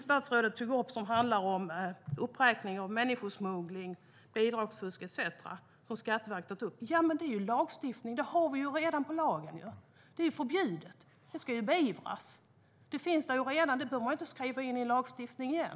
Statsrådet räknade upp människosmuggling, bidragsfusk etcetera som också Skatteverket har tagit upp. Det är ju redan lagreglerat. Det är förbjudet och ska beivras. Det behöver man inte skriva in i lagstiftningen igen.